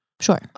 Sure